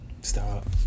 Stop